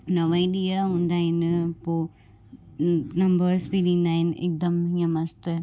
नव ई ॾींहं हूंदा आहिनि पोइ नंबर्स बि ॾींदा आहिनि हिकदमु हीअं मस्तु